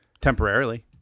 Temporarily